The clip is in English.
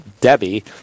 Debbie